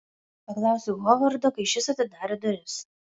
paklausiau hovardo kai šis atidarė duris